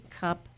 Cup